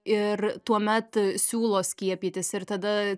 ir tuomet siūlo skiepytis ir tada